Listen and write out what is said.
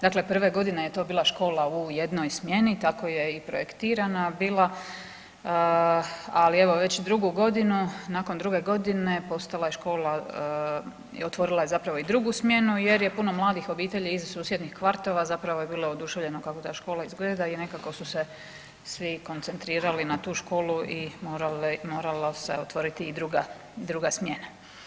Dakle, prve godine je to bila škola u jednoj smjeni, tako je i projektirana bila, ali evo već 2 godinu, nakon 2 godine postala je škola i otvorila je zapravo i drugu smjenu jer je puno mladih obitelji ih susjednih kvartova zapravo je bilo oduševljeno kako ta škola izgleda i nekako su se svi koncentrirali na tu školu i morala se otvoriti i druga, druga smjena.